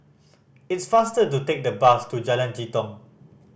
it's faster to take the bus to Jalan Jitong